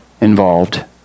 involved